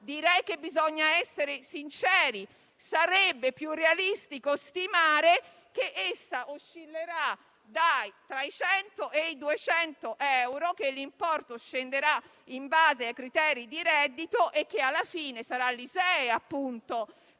Direi che bisogna essere sinceri. Sarebbe più realistico stimare che essa oscillerà tra i 100 e i 200 euro, che l'importo scenderà in base ai criteri di reddito e che alla fine sarà l'ISEE, appunto,